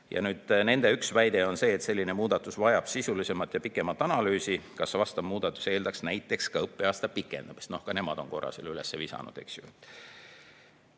ajal. Nende üks väide on see, et selline muudatus vajab sisulisemalt ja pikemat analüüsi, kas see eeldaks näiteks ka õppeaasta pikendamist. Ka nemad on korra selle üles visanud.